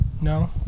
No